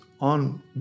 on